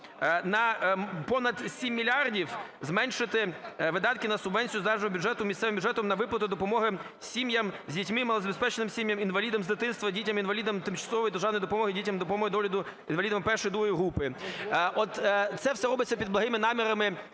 На понад 7 мільярдів зменшити видатки на субвенцію з державного бюджету місцевим бюджетам на виплату допомоги сім'ям з дітьми, малозабезпеченим сім'ям, інвалідам з дитинства, дітям-інвалідам, тимчасової державної допомоги дітям та допомоги по догляду за інвалідами І і ІІ групи. От це все робиться під благими намірами